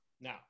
Now